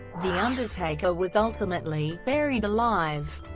the undertaker was ultimately buried alive.